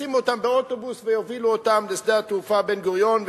ישימו אותם באוטובוס ויובילו אותם לשדה התעופה בן-גוריון,